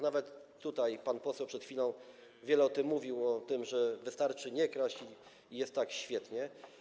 Nawet tutaj pan poseł przed chwilą wiele o tym mówił - o tym, że wystarczy nie kraść i jest tak świetnie.